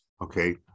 okay